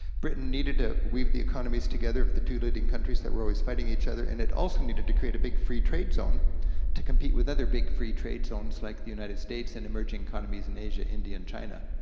britain needed to weave the economies together of the two leading countries that were always fighting each other, and it also needed to create a big free trade zone to compete with other big free trade zones like the united states and emerging economies in asia, india, and china.